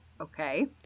okay